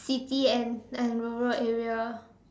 city and and rural area